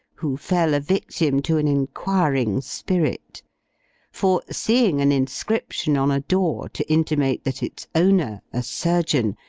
who fell a victim to an inquiring spirit for, seeing an inscription on a door, to intimate that its owner, a surgeon,